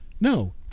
No